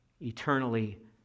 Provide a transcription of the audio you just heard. eternally